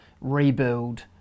rebuild